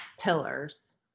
pillars